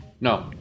no